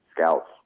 scouts